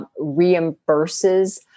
reimburses